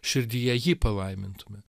širdyje jį palaimintumėm